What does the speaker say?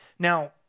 Now